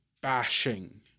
bashing